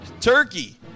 turkey